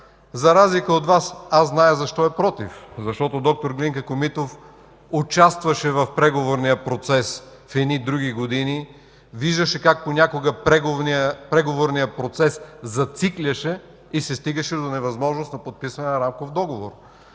За разлика от Вас, аз зная защо е против – защото д-р Глинка Комитов участваше в преговорния процес в други години и виждаше как понякога преговорният процес зацикляше и се стигаше до невъзможност за подписване на рамков договор.